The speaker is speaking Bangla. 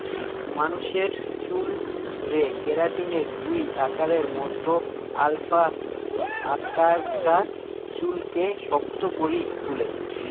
মানুষের চুলরে কেরাটিনের দুই আকারের মধ্যে আলফা আকারটা চুলকে শক্ত করি তুলে